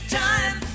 time